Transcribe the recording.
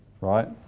right